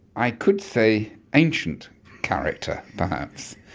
i could say ancient character perhaps.